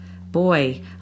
boy